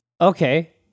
Okay